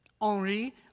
Henri